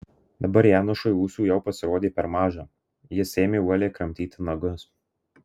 dabar janošui ūsų jau pasirodė per maža jis ėmė uoliai kramtyti nagus